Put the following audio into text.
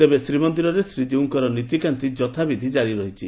ତେବେ ଶ୍ରୀମନ୍ଦିରରେ ଶ୍ରୀଜୀଉଙ୍କ ନୀତିକାନ୍ତି ଯଥାବିଧି ଜାରି ରହିଛି